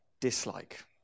dislike